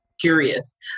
curious